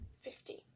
fifty